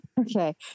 Okay